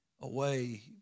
away